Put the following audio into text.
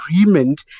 agreement